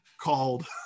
called